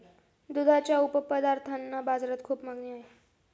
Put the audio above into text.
दुधाच्या उपपदार्थांना बाजारात खूप मागणी आहे